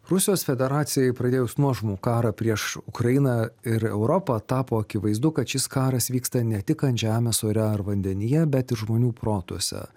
rusijos federacijai pradėjus nuožmų karą prieš ukrainą ir europą tapo akivaizdu kad šis karas vyksta ne tik ant žemės ore ar vandenyje bet ir žmonių protuose